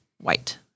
white